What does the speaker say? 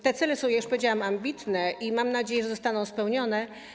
Te cele są, jak już powiedziałam, ambitne i mam nadzieję, że zostaną spełnione.